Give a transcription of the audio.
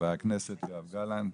חה"כ יואב גלנט,